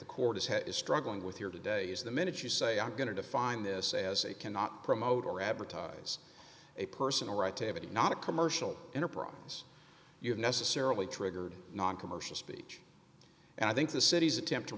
the court has had is struggling with here today is the minute you say i'm going to define this as a cannot promote or advertise a personal right to have it not a commercial enterprise you necessarily triggered noncommercial speech and i think the city's attempt